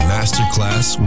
Masterclass